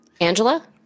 Angela